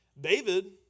David